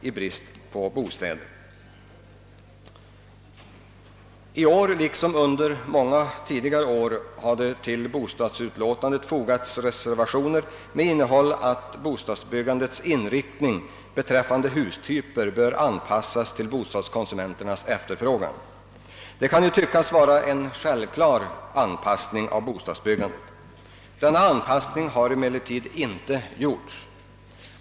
I år liksom under många tidigare år har till statsutskottets utlåtande om bostadspolitiken fogats reservationer med innehåll att bostadsbyggandets inriktning beträffande hustyper bör anpassas till bostadskonsumenternas efterfrågan. Det kan tyckas vara en självklar anpassning av bostadsbyggandet. Denna anpassning har emellertid inte gjorts.